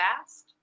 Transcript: fast